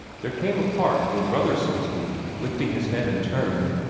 there came a part where brother soulsby, lifting his head in turn,